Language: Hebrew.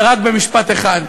ורק במשפט אחד,